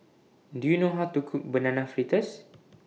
Do YOU know How to Cook Banana Fritters